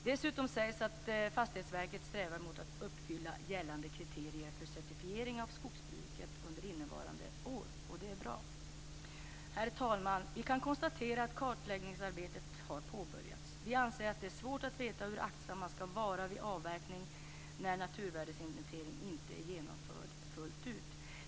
Dessutom sägs att Fastighetsverket strävar mot att uppfylla gällande kriterier för certifiering av skogsbruket under innevarande år. Och det är bra. Herr talman! Vi kan konstatera att kartläggningsarbetet har påbörjats. Vi anser att det är svårt att veta hur aktsam man skall vara vid avverkning när naturvärdesinventeringen inte är genomförd fullt ut.